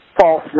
false